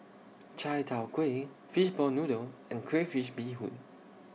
Chai Tow Kuay Fishball Noodle and Crayfish Beehoon